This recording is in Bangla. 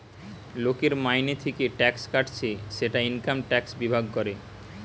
লোকের মাইনে থিকে ট্যাক্স কাটছে সেটা ইনকাম ট্যাক্স বিভাগ করে